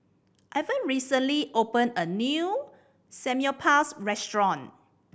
Ivah recently opened a new Samgyeopsal restaurant